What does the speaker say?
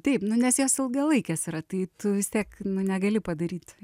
taip nu nes jos ilgalaikės yra tai tu vis tiek negali padaryt